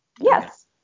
Yes